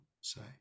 say